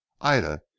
ida